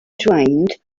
drained